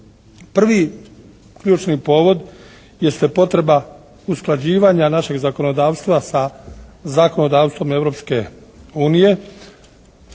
Prvi ključni povod jeste potreba usklađivanja našeg zakonodavstva sa zakonodavstvom Europske unije,